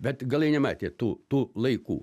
bet galai nematė tų tų laikų